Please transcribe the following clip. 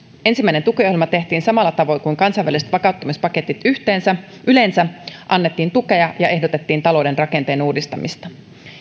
ensimmäinen tukiohjelma tehtiin samalla tavoin kuin kansainväliset vakauttamispaketit yleensä annettiin tukea ja ehdotettiin talouden rakenteen uudistamista